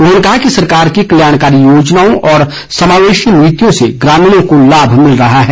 उन्होंने कहा कि सरकार की कल्याणकारी योजनाओं और समावेशी नीतियों से ग्रामीणों को लाभ मिल रहा है